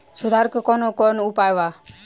सुधार के कौन कौन उपाय वा?